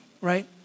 right